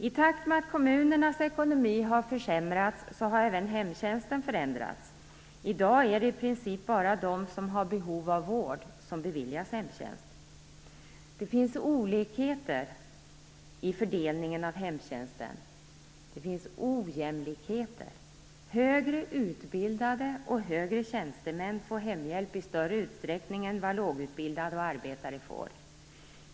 I takt med att kommunernas ekonomi har försämrats har även hemtjänsten förändrats. I dag är det i princip bara de som har behov av vård som beviljas hemtjänst. Det finns ojämlikheter i fördelningen av hemtjänsten. Högutbildade och högre tjänstemän får hemhjälp i större utsträckning än vad lågutbildade och arbetare får.